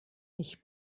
ich